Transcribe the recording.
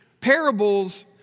Parables